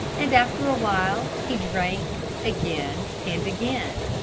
and after a while he drank again and again.